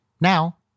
Now